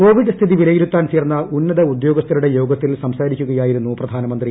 Covid സ്ഥിതി വിലയിരുത്താൻ ചേർന്ന ഉന്നത ഉദ്യോഗസ്ഥരുടെ യോഗത്തിൽ സംസാരിക്കുകയായിരുന്നു പ്രധാനമന്ത്രി